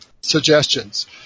suggestions